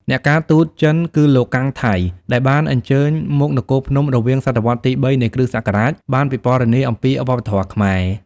អ្នកការទូតចិន គឺលោក កាំង ថៃ ដែលបានអញ្ជើញមកនគរភ្នំរវាងសតវត្សរ៍ទី៣ នៃគ្រិស្តសករាជ បានពិពណ៌នាអំពីវប្បធម៌ខ្មែរ។